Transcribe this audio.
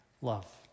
love